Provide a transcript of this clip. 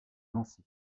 nancy